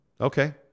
Okay